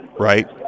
Right